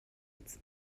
its